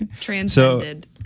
Transcended